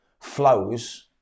flows